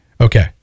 Okay